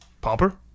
Pomper